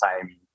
time